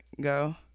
go